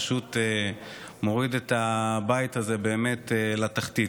זה פשוט מוריד את הבית הזה באמת לתחתית.